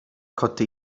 koty